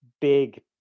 big